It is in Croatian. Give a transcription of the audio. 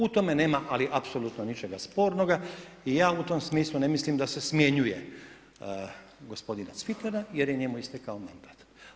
U tome nema ali apsolutno ničega spornoga i ja u tom smislu ne mislim da se smjenjuje gospodina Cvitana jer je njemu istekao mandat.